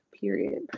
period